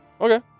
Okay